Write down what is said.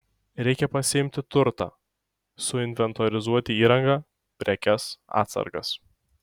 reikia pasiimti turtą suinventorizuoti įrangą prekes atsargas